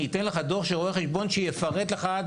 אני אתן לך דוח של רואה חשבון שייפרט לך עד